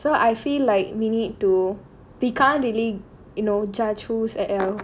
so I feel like we need to the we can't really you know judge who is at fault